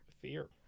Fear